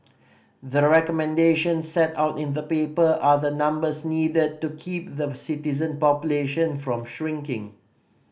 the recommendations set out in the paper are the numbers needed to keep the citizen population from shrinking